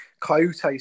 Coyote's